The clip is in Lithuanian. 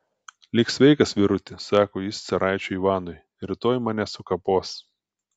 lik sveikas vyruti sako jis caraičiui ivanui rytoj mane sukapos